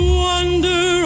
wonder